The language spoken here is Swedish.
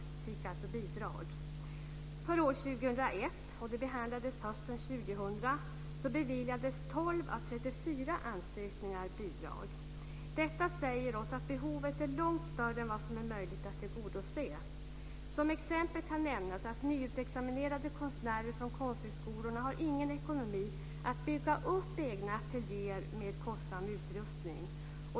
Dessa fick alltså bidrag. Ansökningarna för år 2001 behandlades hösten 2000. Då beviljades 12 av 34 ansökningar om bidrag. Detta säger oss att behovet är långt större än vad som är möjligt att tillgodose. Som exempel kan nämnas att nyutexaminerade konstnärer från konsthögskolorna inte har någon ekonomi för att bygga upp egna ateljéer med kostsam utrustning.